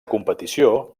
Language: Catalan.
competició